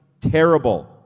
terrible